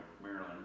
Maryland